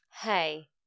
Hey